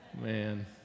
Man